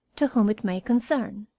to whom it may concern.